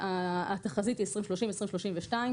התחזית היא 2032-2030,